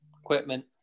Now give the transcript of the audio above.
equipment